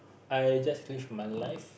I just live my life